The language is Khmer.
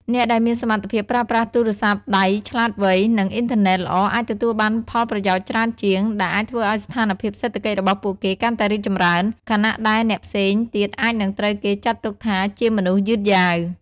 អ្នកដែលមានសមត្ថភាពប្រើប្រាស់ទូរស័ព្ទដៃឆ្លាតវៃ និងអ៊ីនធឺណិតល្អអាចទទួលបានផលប្រយោជន៍ច្រើនជាង ដែលអាចធ្វើឱ្យស្ថានភាពសេដ្ឋកិច្ចរបស់ពួកគេកាន់តែរីកចម្រើន ខណៈដែលអ្នកផ្សេងទៀតអាចនឹងត្រូវគេចាត់ទុកថាជាមនុស្សយឺតយ៉ាវ។